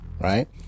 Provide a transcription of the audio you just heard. Right